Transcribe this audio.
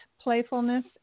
playfulness